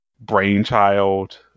brainchild